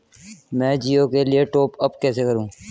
मैं जिओ के लिए टॉप अप कैसे करूँ?